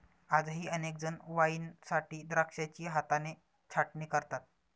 आजही अनेक जण वाईनसाठी द्राक्षांची हाताने छाटणी करतात